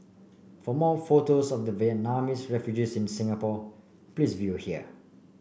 for more photos of the Vietnamese refugees in Singapore please view here